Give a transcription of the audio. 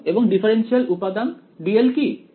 0 এবং ডিফারেন্সিয়াল উপাদান dl কি